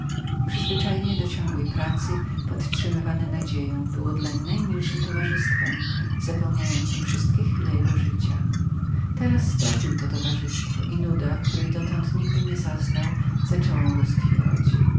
przyzwyczajenie do ciągłej pracy podtrzymywane nadzieją było dlań najmilszem towarzystwem zapełniającem wszystkie chwile jego życia teraz stracił to towarzystwo i nuda której dotąd nie znał zaczęła mu doskwierać